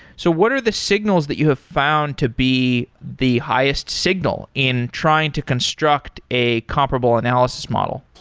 so what are the signals that you have found to be the highest signal in trying to construct a comparable analysis model?